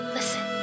Listen